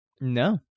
No